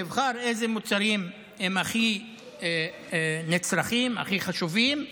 נבחר איזה מוצרים הם הכי נצרכים, הכי חשובים,